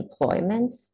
employment